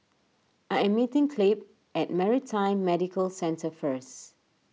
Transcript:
I am meeting Clabe at Maritime Medical Centre first